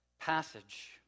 passage